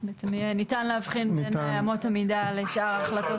בעצם יהיה ניתן להבחין בין אמות המידה לשאר החלטות